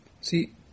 See